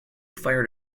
fired